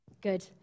Good